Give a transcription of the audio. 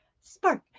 spark